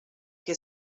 que